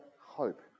hope